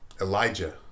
Elijah